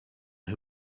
who